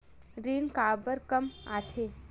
ऋण काबर कम आथे?